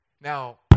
Now